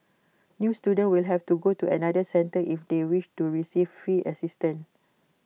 new students will have to go to another centre if they wish to receive fee assistance